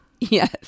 Yes